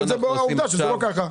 אבל העובדה היא שזה לא כך.